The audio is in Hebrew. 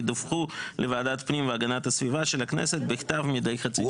ידווחו לוועדת הפנים והגנת הסביבה של הכנסת בכתב מידי חצי שנה.".